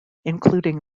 including